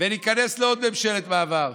וניכנס לעוד ממשלת מעבר.